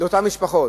לאותן משפחות.